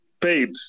paid